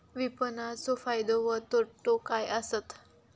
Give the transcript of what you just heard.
विपणाचो फायदो व तोटो काय आसत?